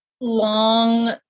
long